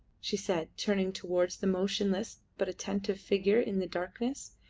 she said, turning towards the motionless but attentive figure in the darkness,